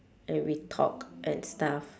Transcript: and we talked and stuff